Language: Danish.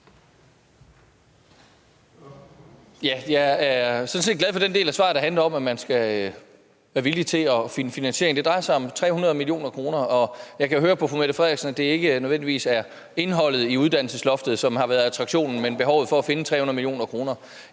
set glad for den del af svaret, der handler om, at man skal være villig til at finde finansiering. Det drejer sig om 300 mio. kr., og jeg kan høre på fru Mette Frederiksen, at det ikke nødvendigvis er indholdet i uddannelsesloftet, som har været attraktionen, men behovet for at finde 300 mio. kr.